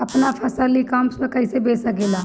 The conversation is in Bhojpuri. आपन फसल ई कॉमर्स पर कईसे बेच सकिले?